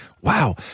Wow